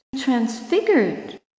transfigured